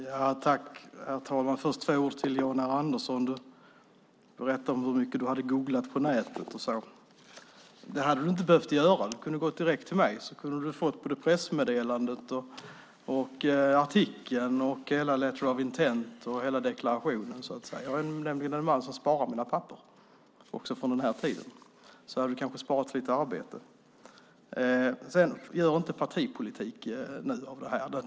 Herr talman! Först vill jag säga några ord till Jan R Andersson. Du berättade om hur mycket du hade googlat på nätet. Det hade du inte behövt göra. Du hade kunnat gå direkt till mig och få pressmeddelandet, artikeln, hela letter of intent och deklarationen. Jag är nämligen en man som sparar mina papper, också från denna tid. Du hade kanske sparat lite arbete. Gör nu inte partipolitik av detta!